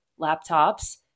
laptops